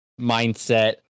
mindset